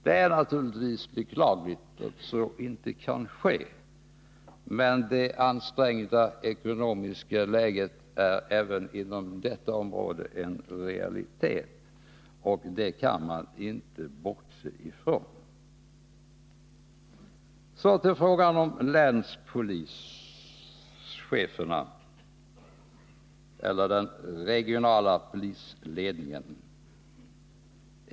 Det är naturligtvis beklagligt att så inte kan ske, men det ansträngda ekonomiska läget är även inom detta område en realitet, och det kan man inte bortse ifrån. Så till frågan om länspolischeferna eller den regionala polisledningen.